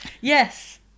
yes